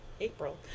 April